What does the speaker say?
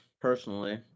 personally